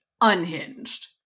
unhinged